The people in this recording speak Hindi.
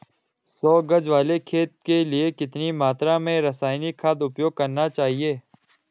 सौ गज वाले खेत के लिए कितनी मात्रा में रासायनिक खाद उपयोग करना चाहिए?